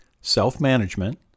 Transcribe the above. self-management